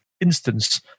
instance